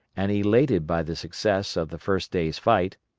and elated by the success of the first day's fight,